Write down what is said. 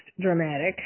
dramatic